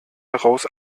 heraus